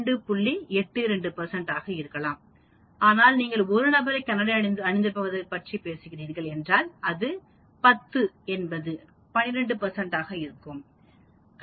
82 ஆக இருக்கும் ஆனால் நீங்கள் 1 நபரை கண்ணாடி அணிந்திருப்பதைப் பற்றி பேசுகிறீர்கள் என்றால் அது 10 என்பது 12 ஆகும்